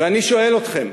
ואני שואל אתכם,